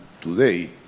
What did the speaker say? today